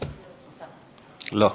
לא,